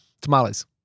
Tamales